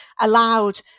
allowed